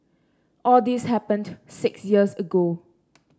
all this happened six years ago